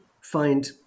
find